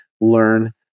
learn